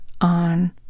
on